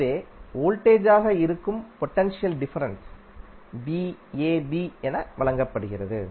எனவே வோல்டேஜாக இருக்கும் பொடென்ஷியல் டிஃபரென்ஸ் என வழங்கப்படுகிறது